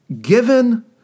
given